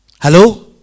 Hello